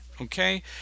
okay